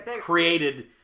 created